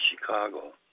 Chicago